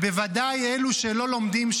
בוודאי אלו שלא לומדים,